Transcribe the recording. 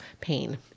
pain